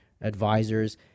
advisors